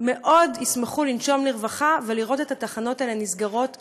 מאוד ישמחו לנשום לרווחה ולראות את התחנות האלה נסגרות בזמן.